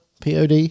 POD